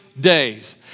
days